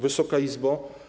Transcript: Wysoka Izbo!